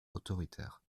autoritaire